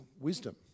wisdom